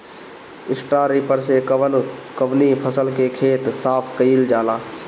Straw reaper से कवन कवनी फसल के खेत साफ कयील जाला?